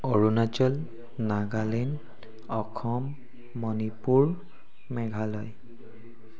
Arunachal Nagaland Assam Manipur Meghalaya